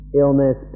illness